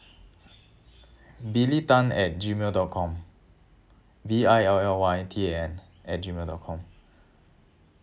billy tan at gmail dot com B I L L Y T A N at gmail dot com